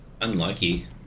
Unlucky